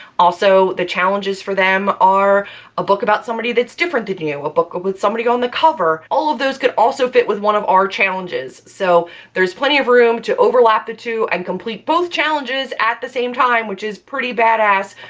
also, the challenges for them are a book about somebody that's different you, a book with somebody on the cover. all of those could also fit with one of our challenges, so there's plenty of room to overlap the two and complete both challenges at the same time, which is pretty badass.